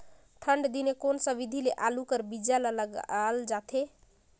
ठंडा दिने कोन सा विधि ले आलू कर बीजा ल लगाल जाथे?